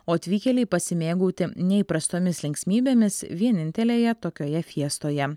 o atvykėliai pasimėgauti neįprastomis linksmybėmis vienintelėje tokioje fiestoje